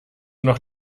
noch